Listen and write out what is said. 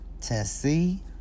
Tennessee